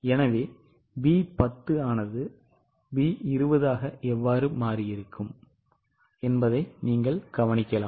எனவே B 10 B 20 ஆக எவ்வாறு மாறியுள்ளது என்பதை நீங்கள் கவனிக்கலாம்